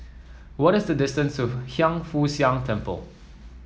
what is the distance to Hiang Foo Siang Temple